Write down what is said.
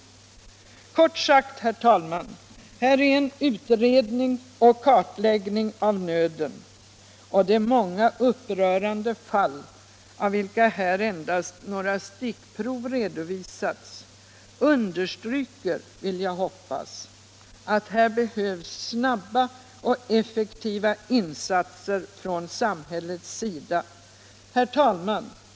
Herr talman! Här är kort sagt en utredning och kartläggning av nöden. De många upprörande fall, av vilka nu endast några stickprov redovisats, understryker — vill jag hoppas — att här behövs snabba och effektiva insatser från samhällets sida. Herr talman!